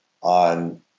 on